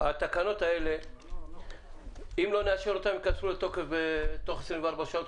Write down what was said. אם לא נאשר את התקנות האלה הן יכנסו לתוקף תוך 24 שעות,